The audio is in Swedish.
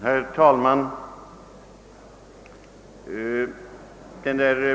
Herr talman!